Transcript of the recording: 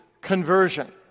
conversion